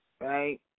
Right